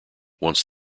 once